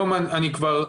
אתם יודעים,